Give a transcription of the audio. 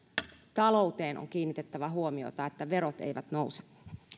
talouteen on kiinnitettävä huomiota että verot eivät nouse